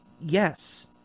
Yes